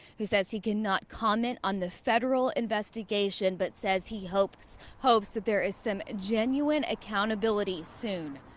he says he cannot comment on the federal investigation, but says he hopes hopes that there is some genuine accountability soon.